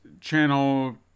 channel